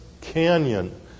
canyon